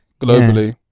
globally